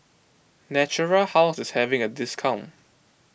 Natura House is having a discount